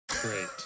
Great